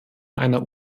einer